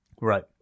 right